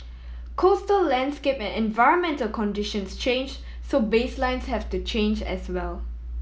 coastal landscape and environmental conditions change so baselines have to change as well